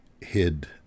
hid